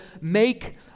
make